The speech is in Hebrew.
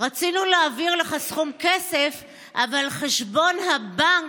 רצינו להעביר לך סכום כסף אבל חשבון הבנק,